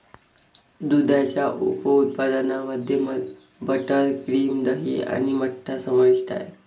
दुधाच्या उप उत्पादनांमध्ये मध्ये बटर, क्रीम, दही आणि मठ्ठा समाविष्ट आहे